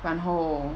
然后